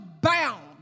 bound